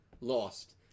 lost